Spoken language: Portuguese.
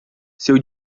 seu